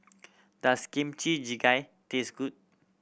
does Kimchi Jjigae taste good